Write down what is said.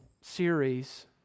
series